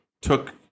took